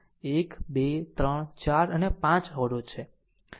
આમ i1 0 છે આમ બાકીના 1 2 3 4 અને 5 અવરોધ છે